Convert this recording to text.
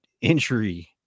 injury